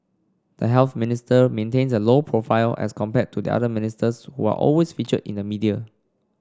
the Health Minister maintains a low profile as compared to the other ministers who are always featured in the media